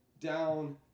down